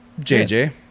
JJ